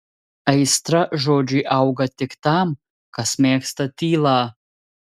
aistra žodžiui auga tik tam kas mėgsta tylą